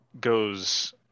goes